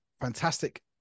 Fantastic